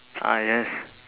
ah yes